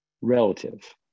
relative